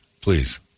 please